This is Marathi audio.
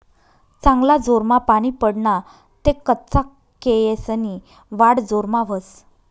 चांगला जोरमा पानी पडना ते कच्चा केयेसनी वाढ जोरमा व्हस